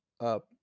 up